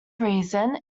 reason